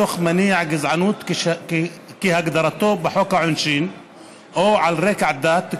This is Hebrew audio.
מתוך מניע גזענות כהגדרתו בחוק העונשין או על רקע דת,